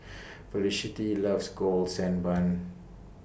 Felicity loves Golden Sand Bun